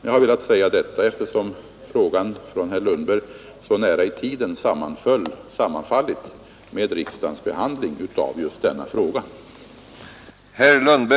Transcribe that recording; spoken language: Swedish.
Jag har velat säga detta eftersom herr Lundbergs fråga så nära i tiden sammanföll med riksdagens behandling av just detta ärende.